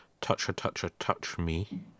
Touch-a-Touch-a-Touch-Me